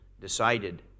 decided